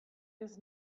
his